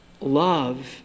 love